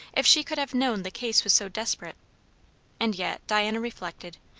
if she could have known the case was so desperate and yet, diana reflected,